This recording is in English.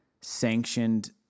sanctioned